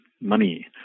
money